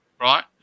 right